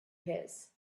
his